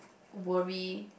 worry